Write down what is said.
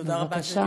בבקשה.